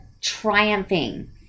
triumphing